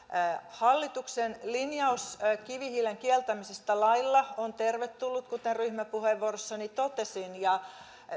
hallituksen linjaus kivihiilen kieltämisestä lailla on tervetullut kuten ryhmäpuheenvuorossani totesin ja